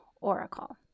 Oracle